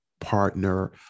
partner